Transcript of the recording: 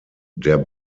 der